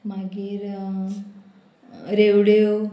मागीर रेवड्यो